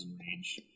range